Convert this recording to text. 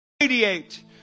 radiate